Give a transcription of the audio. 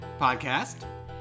Podcast